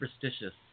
superstitious